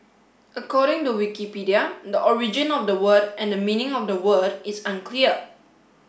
according to Wikipedia the origin of the word and meaning of the word is unclear